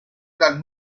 dal